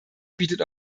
bietet